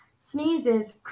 Sneezes